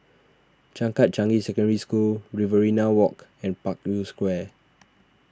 Changkat Changi Secondary School Riverina Walk and Parkview Square